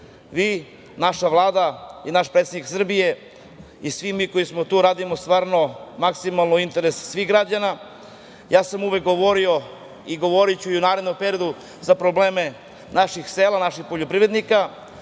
naša Vlada i naš predsednik Srbije i svi mi koji smo tu radimo maksimalno u interesu svih građana. Uvek sam govorio i govoriću i u narednom periodu za probleme naših sela, naših poljoprivrednika,